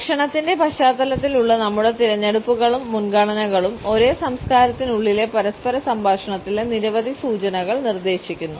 ഭക്ഷണത്തിന്റെ പശ്ചാത്തലത്തിലുള്ള നമ്മുടെ തിരഞ്ഞെടുപ്പുകളും മുൻഗണനകളും ഒരേ സംസ്കാരത്തിനുള്ളിലെ പരസ്പര സംഭാഷണത്തിലെ നിരവധി സൂചനകൾ നിർദ്ദേശിക്കുന്നു